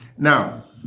Now